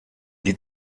die